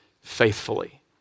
faithfully